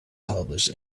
publish